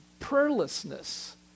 prayerlessness